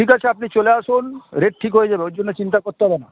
ঠিক আছে আপনি চলে আসুন রেট ঠিক হয়ে যাবে ওর জন্য চিন্তা করতে হবে না